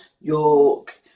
York